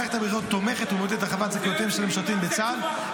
מערכת הביטחון תומכת ומעודדת הרחבת זכאויותיהם של המשרתים בצה"ל,